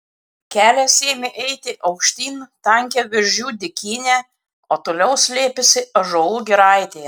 kelias ėmė eiti aukštyn tankia viržių dykyne o toliau slėpėsi ąžuolų giraitėje